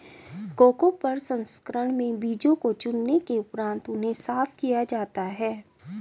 cocoa प्रसंस्करण में बीजों को चुनने के उपरांत उन्हें साफ किया जाता है